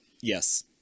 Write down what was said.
Yes